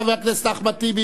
חבר הכנסת אחמד טיבי,